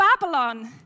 Babylon